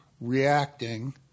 reacting